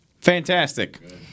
Fantastic